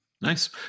Nice